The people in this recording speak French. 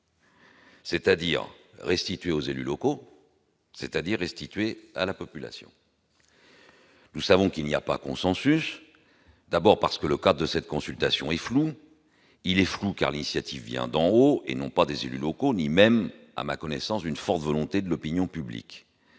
C'est-à-dire restituer aux élus locaux. C'est-à-dire restituer à la population, nous savons qu'il n'y a pas consensus, d'abord parce que le cas de cette consultation est flou, il est franc, car l'initiative vient d'en haut et non pas des élus locaux, ni même à ma connaissance, d'une forte volonté de l'opinion publique